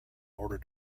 order